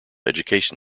education